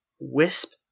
Wisp